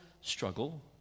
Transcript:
struggle